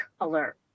alert